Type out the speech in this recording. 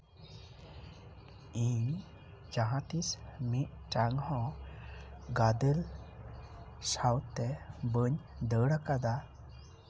ᱤᱧ ᱡᱟᱦᱟᱸ ᱛᱤᱥ ᱢᱤᱫᱴᱟᱱᱝ ᱦᱚᱸ ᱜᱟᱫᱮᱞ ᱥᱟᱶᱛᱮ ᱵᱟᱹᱧ ᱫᱟᱹᱲ ᱠᱟᱫᱟ